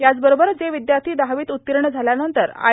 याचबरोबर जे विद्यार्थी दहावीत उत्तीर्ण झाल्यानंतर आय